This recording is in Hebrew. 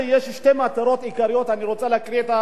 ואני רוצה להקריא אותן: א.